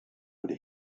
would